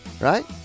Right